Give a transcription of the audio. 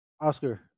Oscar